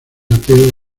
ateo